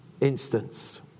instance